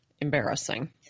embarrassing